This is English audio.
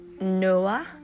noah